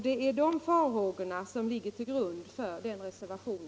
Det är de farhågorna som ligger till grund för vår reservation.